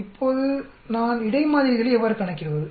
இப்போது நான் இடை மாதிரிகளை எவ்வாறு கணக்கிடுவது